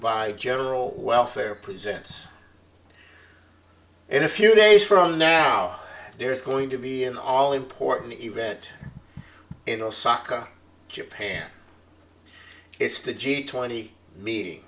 by general welfare presents in a few days from now there is going to be an all important event in osaka japan it's the g twenty me